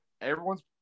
Everyone's